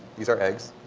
these are eggs.